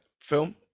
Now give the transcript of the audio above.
film